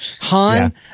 Han